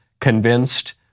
convinced